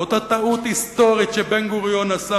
באותה טעות היסטורית שבן-גוריון עשה,